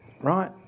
right